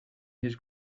his